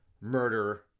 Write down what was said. murder